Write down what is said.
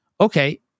Okay